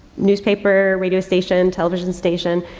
newspaper, radio station, television station.